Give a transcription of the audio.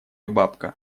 бабка